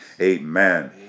Amen